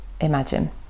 imagine